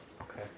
Okay